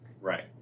Right